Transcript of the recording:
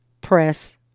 press